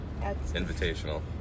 invitational